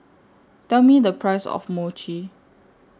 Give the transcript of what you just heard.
Tell Me The Price of Mochi